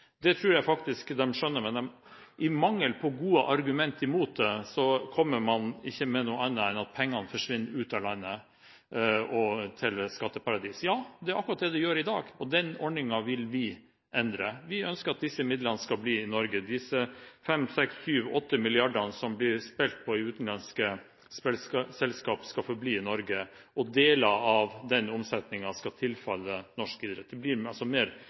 Det tror jeg faktisk de skjønner, men av mangel på gode argumenter mot det, kommer de ikke med noe annet enn at pengene forsvinner ut av landet, til skatteparadis. Det er akkurat det det gjør i dag, og den ordningen vil vi endre. Vi ønsker at disse midlene, disse 5, 6, 7, 8 mrd. kr som blir spilt i utenlandske spillselskap, skal forbli i Norge, og at deler av den omsetningen skal tilfalle norsk idrett. Det blir mer